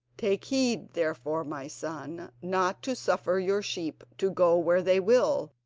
take heed, therefore, my son, not to suffer your sheep to go where they will,